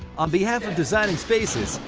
on behalf of designing spaces,